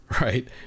right